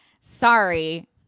sorry